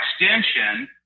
extension